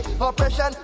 Oppression